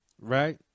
Right